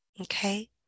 Okay